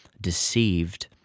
deceived